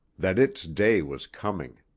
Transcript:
that its day was coming.